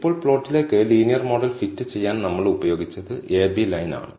ഇപ്പോൾ പ്ലോട്ടിലേക്ക് linear model fit ചെയ്യാൻ നമ്മൾ ഉപയോഗിച്ചത് ab ലൈൻ ആണ്